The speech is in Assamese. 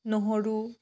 নহৰু